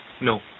no